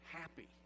happy